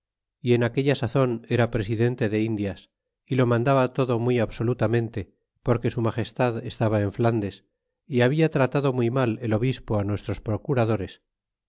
é en aquella sazon era presidente de indias y lo mandaba todo muy absolutamente porque su magestad estaba en flandes y habla tratado muy mal el obispo ó nuestros procuradores